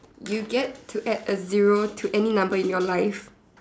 you get to add a zero to any number in your life